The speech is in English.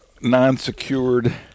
non-secured